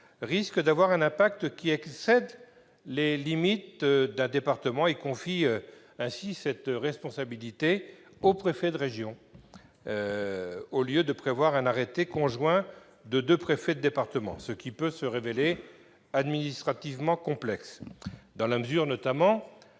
risque d'avoir un impact excédant les limites d'un département. La responsabilité est confiée au préfet de région, au lieu de prévoir un arrêté conjoint de deux préfets de département, ce qui peut se révéler administrativement complexe, dans la mesure notamment